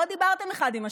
לא דיברתם אחד עם השני.